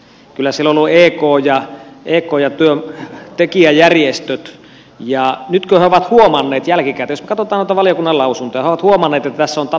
kyllä siellä ovat olleet ek ja työntekijäjärjestöt ja nyt ne ovat huomanneet jälkikäteen jos me katsomme noita valiokunnan lausuntoja että tässä on tapahtunut virhe